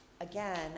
again